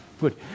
good